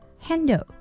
Handle